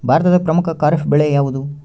ಭಾರತದ ಪ್ರಮುಖ ಖಾರೇಫ್ ಬೆಳೆ ಯಾವುದು?